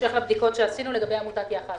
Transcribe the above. לעמותת יחד